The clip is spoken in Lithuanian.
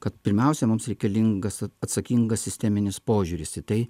kad pirmiausia mums reikalingas atsakingas sisteminis požiūris į tai